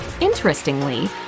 Interestingly